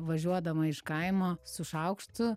važiuodama iš kaimo su šaukštu